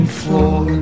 floor